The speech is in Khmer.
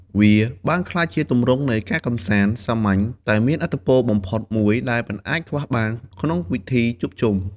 វាបានក្លាយជាទម្រង់នៃការកម្សាន្ត សាមញ្ញតែមានឥទ្ធិពលបំផុតមួយដែលមិនអាចខ្វះបានក្នុងពិធីជួបជុំ។